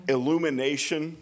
Illumination